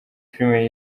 filime